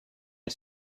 est